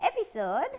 episode